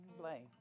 blame